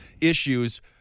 issues